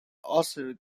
also